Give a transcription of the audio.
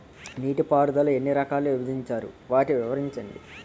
నీటిపారుదల ఎన్ని రకాలుగా విభజించారు? వాటి వివరించండి?